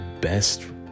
best